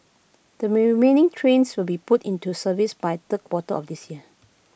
the remaining trains will be put into service by third quarter of this year